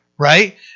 Right